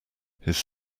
his